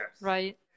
right